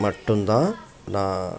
மட்டும்தான் நான்